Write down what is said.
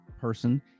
person